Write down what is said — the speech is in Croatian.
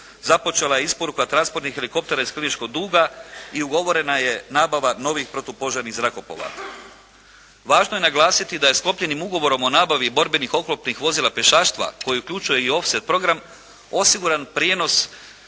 Započela je isporuka transportnih helikoptera iz …/Govornik se ne razumije./… i ugovorena je nabava novih protupožarnih zrakoplova. Važno je naglasiti da je sklopljenim ugovorom o nabavi borbenih oklopnih vozila pješaštva koji uključuju i …/Govornik se ne razumije./… osiguran prijenos